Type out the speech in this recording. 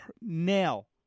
nail